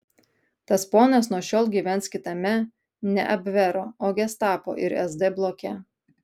tas ponas nuo šiol gyvens kitame ne abvero o gestapo ir sd bloke